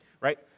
right